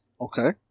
okay